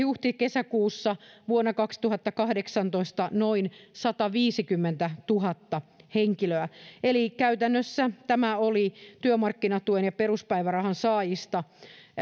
huhti kesäkuussa vuonna kaksituhattakahdeksantoista noin sataviisikymmentätuhatta henkilöä eli käytännössä tämä oli työmarkkinatuen ja peruspäivärahan saajista